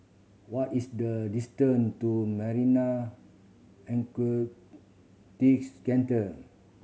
what is the distance to Centre